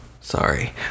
sorry